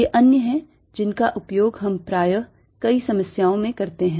ये अन्य हैं जिनका उपयोग हम प्रायः कई समस्याओं में करते हैं